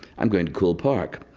i'm going to coole park.